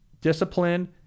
discipline